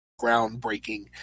groundbreaking